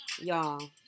y'all